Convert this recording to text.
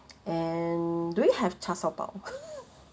and do you have char shao bao